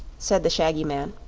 said the shaggy man,